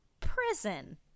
prison